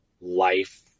life